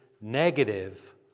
Negative